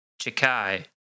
Chikai